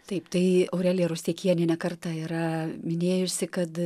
taip tai aurelija rusteikienė ne kartą yra minėjusi kad